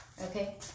Okay